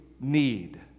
need